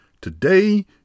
today